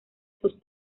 sus